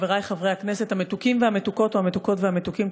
חברי חברי הכנסת המתוקים והמתוקות או המתוקות והמתוקים,